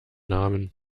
namen